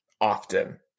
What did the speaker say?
often